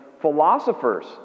Philosophers